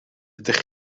ydych